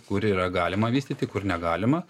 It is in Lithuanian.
kuri yra galima vystyti kur negalima